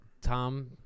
Tom